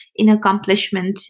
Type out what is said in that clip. inaccomplishment